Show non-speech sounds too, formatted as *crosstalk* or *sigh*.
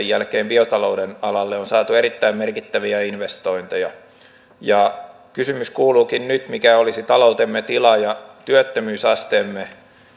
*unintelligible* jälkeen on biotalouden alalle saatu erittäin merkittäviä investointeja kysymys kuuluukin nyt mikä olisi taloutemme tila ja työttömyysasteemme